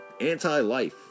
anti-life